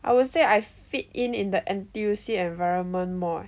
I would say I fit in in the N_T_U_C environment more eh